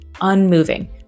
unmoving